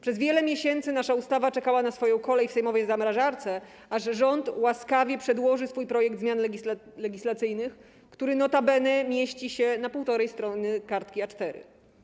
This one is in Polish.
Przez wiele miesięcy nasza ustawa czekała na swoją kolej w sejmowej zamrażarce, aż rząd łaskawie przedłoży swój projekt zmian legislacyjnych, który notabene mieści się na półtorej strony kartki A4.